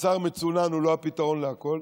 בשר מצונן הוא לא הפתרון לכול.